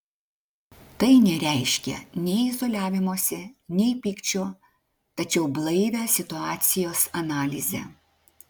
tai nereiškia nei izoliavimosi nei pykčio tačiau blaivią situacijos analizę